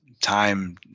time